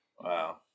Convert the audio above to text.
Wow